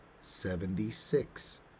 seventy-six